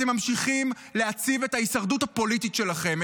אתם ממשיכים להציב את ההישרדות הפוליטית שלכם,